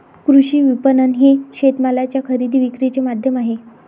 कृषी विपणन हे शेतमालाच्या खरेदी विक्रीचे माध्यम आहे